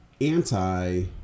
anti